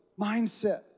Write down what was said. mindset